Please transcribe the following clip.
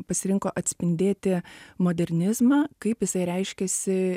pasirinko atspindėti modernizmą kaip jisai reiškėsi